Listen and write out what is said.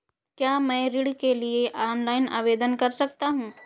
क्या मैं ऋण के लिए ऑनलाइन आवेदन कर सकता हूँ?